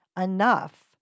enough